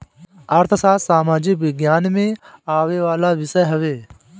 अर्थशास्त्र सामाजिक विज्ञान में आवेवाला विषय हवे